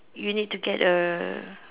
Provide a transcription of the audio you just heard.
you need to get a